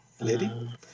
lady